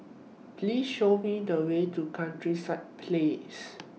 Please Show Me The Way to Countryside Place